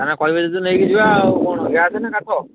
ତାଙ୍କର କହିବେ ଯଦି ନେଇକି ଯିବା ଆଉ କ'ଣ